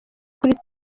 kuri